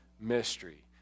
mystery